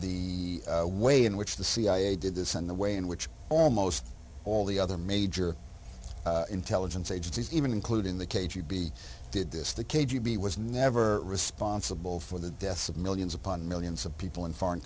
the way in which the cia did this and the way in which almost all the other major intelligence agencies even including the k g b did this the k g b was never responsible for the deaths of millions upon millions of people in foreign